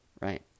right